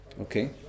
Okay